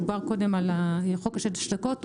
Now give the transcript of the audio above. דובר קודם על חוק שש הדקות,